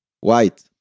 White